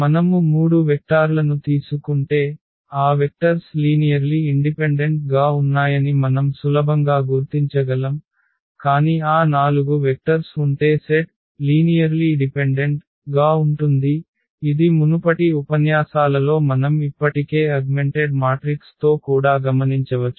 మనము 3 వెక్టార్లను తీసుకుంటే ఆ వెక్టర్స్ లీనియర్లి ఇండిపెండెంట్ గా ఉన్నాయని మనం సులభంగా గుర్తించగలం కాని ఆ 4 వెక్టర్స్ ఉంటే సెట్ సరళంగా ఆధారపడి గా ఉంటుంది ఇది మునుపటి ఉపన్యాసాలలో మనం ఇప్పటికే అగ్మెంటెడ్ మాట్రిక్స్ తో కూడా గమనించవచ్చు